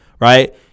Right